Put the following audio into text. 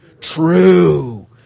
True